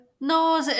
No